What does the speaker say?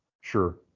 Sure